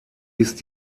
ist